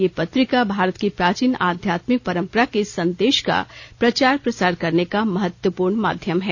यह पत्रिका भारत की प्राचीन अध्यात्मिक परंपरा के संदेश का प्रचार प्रसार करने का महत्वपूर्ण माध्यम है